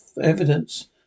evidence